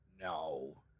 No